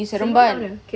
seremban kat mana K_L